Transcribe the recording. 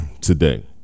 today